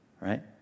Right